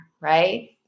right